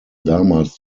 damals